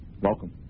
Welcome